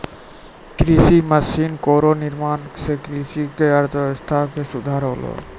कृषि मसीन केरो निर्माण सें कृषि क अर्थव्यवस्था म सुधार होलै